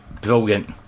brilliant